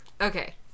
okay